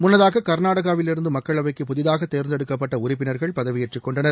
முன்னதாக கர்நாடகாவிலிருந்து மக்களவைக்கு புதிதாக தேர்ந்தெடுக்கப்பட்ட உறுப்பினர்கள் பதவியேற்றுக்கொண்டனர்